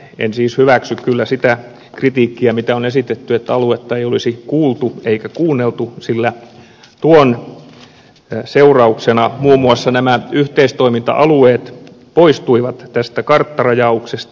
en siis kyllä hyväksy sitä kritiikkiä mitä on esitetty että aluetta ei olisi kuultu eikä kuunneltu sillä tuon seurauksena muun muassa nämä yhteistoiminta alueet poistuivat tästä karttarajauksesta